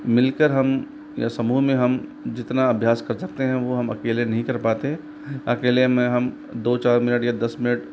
मिलकर हम यह समूह मे हम जितना अभ्यास कर सकते है वह हम अकेले नहीं कर पाते अकेले मे हम दो चार मिनट या दस मिनट